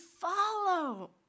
follow